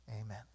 Amen